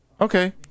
Okay